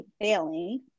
failing